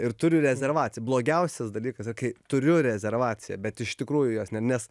ir turiu rezervaciją blogiausias dalykas kai turiu rezervaciją bet iš tikrųjų jos ne nes